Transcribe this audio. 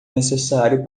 necessário